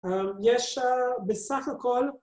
יש בסך הכל